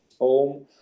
home